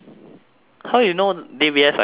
how you know D_B_S I got more fats